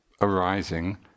arising